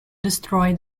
destroy